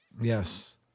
Yes